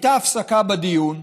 הייתה הפסקה בדיון,